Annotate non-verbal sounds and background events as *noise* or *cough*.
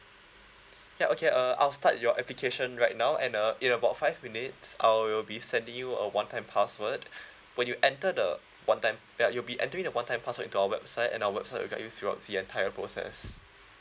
*breath* ya okay uh I'll start your application right now and uh in about five minutes I will be sending you a one time password *breath* when you enter the one time ya you'll be entering the one time password into our website and our website will guide you throughout the entire process